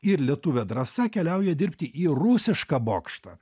ir lietuvė drąsa keliauja dirbti į rusišką bokštą